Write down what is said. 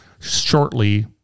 shortly